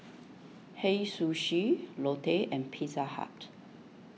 Hei Sushi Lotte and Pizza Hut